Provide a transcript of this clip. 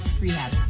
rehab